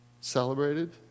celebrated